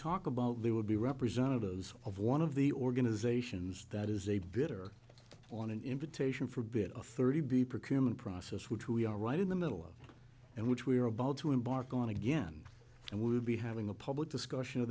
talk about there would be representatives of one of the organizations that is a bit or on an invitation for bit of thirty b procurement process which we are right in the middle of and which we are about to embark on again and would be having a public discussion of